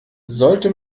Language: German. sollte